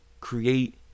create